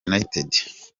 united